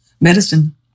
medicine